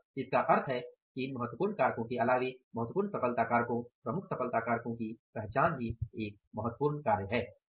इसलिए इसका अर्थ है कि इन महत्वपूर्ण कारकों के अलावे महत्वपूर्ण सफलता कारकों प्रमुख सफलता कारकों की पहचान भी एक अन्य महत्वपूर्ण कार्य है